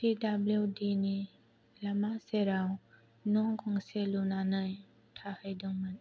P W D नि लामा सेराव न' गंसे लुनानै थाहैदोंमोन